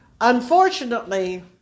Unfortunately